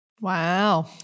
Wow